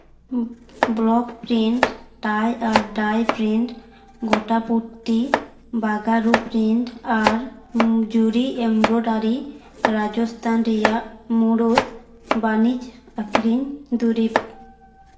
block print tie ᱟᱨ dye print ᱜᱳᱴᱟᱯᱩᱴᱤ ᱵᱟᱜᱟᱨᱩ ᱯᱨᱤᱱᱴ ᱟᱨ ᱢᱚᱡᱩᱨᱤ ᱮᱢᱵᱳᱴᱟᱨᱤ ᱨᱟᱡᱚᱥᱛᱷᱟᱱ ᱨᱮᱭᱟᱜ ᱢᱩᱬᱩᱫ ᱟᱹᱠᱷᱨᱤᱧ ᱫᱩᱨᱤᱵᱽ